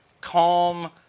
calm